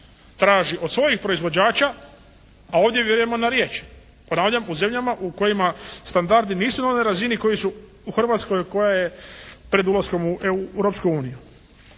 traži od svojih proizvođača, a ovdje vjerujemo na riječ. Ponavljam na zemljama u kojima standardi nisu na onoj razini koji su u Hrvatskoj koja je pred ulaskom u Europsku uniju.